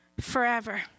forever